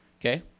Okay